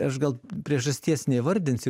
aš gal priežasties neįvardinsiu